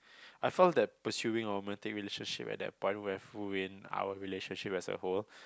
I felt that pursuing romantic relationship at that point would have ruined our relationship as a whole